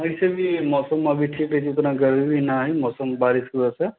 ऐसे भी मौसम अभी ठीक अछि उतना गर्मी अभी ना हय बारिसके वजहसे